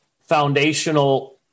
foundational